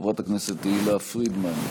חברת הכנסת תהלה פרידמן,